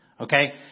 Okay